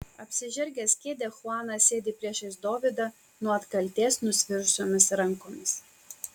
apsižergęs kėdę chuanas sėdi priešais dovydą nuo atkaltės nusvirusiomis rankomis